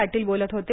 पाटील बोलत होते